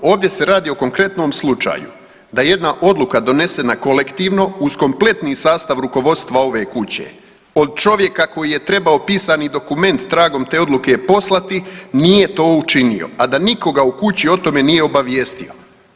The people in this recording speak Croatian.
Ovdje se radi o konkretnom slučaju da jedna odluka donesena kolektivno uz kompletni sastav rukovodstva ove kuće, od čovjeka koji je trebao pisani dokument tragom te oduke poslati, nije to učinio, a da nikoga u kući o tome nije obavijestio.